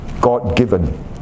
God-given